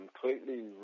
completely